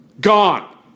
gone